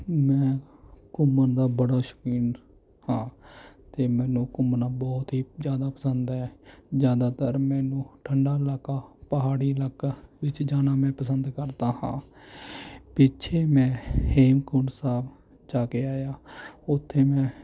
ਮੈਂ ਘੁੰਮਣ ਦਾ ਬੜਾ ਸ਼ੌਕੀਨ ਹਾਂ ਅਤੇ ਮੈਨੂੰ ਘੁੰਮਣਾ ਬਹੁਤ ਹੀ ਜ਼ਿਆਦਾ ਪਸੰਦ ਹੈ ਜ਼ਿਆਦਾਤਰ ਮੈਨੂੰ ਠੰਡਾ ਇਲਾਕਾ ਪਹਾੜੀ ਇਲਾਕਾ ਵਿੱਚ ਜਾਣਾ ਮੈਂ ਪਸੰਦ ਕਰਦਾ ਹਾਂ ਪਿੱਛੇ ਮੈਂ ਹੇਮਕੁੰਡ ਸਾਹਿਬ ਜਾ ਕੇ ਆਇਆ ਉੱਥੇ ਮੈਂ